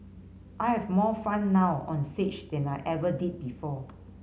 I have more fun now onstage than I ever did before